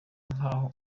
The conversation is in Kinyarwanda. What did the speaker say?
nkaho